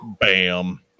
Bam